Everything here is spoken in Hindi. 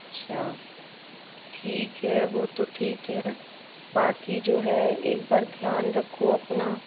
अच्छा ठीक है वो तो ठीक है बाकी जो है एक बार ध्यान रखो अपना